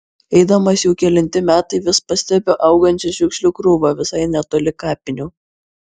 eidamas jau kelinti metai vis pastebiu augančią šiukšlių krūvą visai netoli kapinių